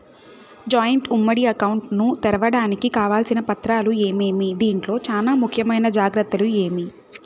Joint ఉమ్మడి account ను తెరవడానికి కావాల్సిన పత్రాలు ఏమేమి? దీంట్లో చానా ముఖ్యమైన జాగ్రత్తలు ఏమి?